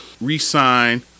re-sign